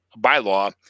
bylaw